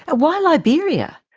ah why liberia?